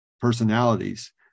personalities